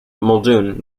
muldoon